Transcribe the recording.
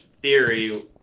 theory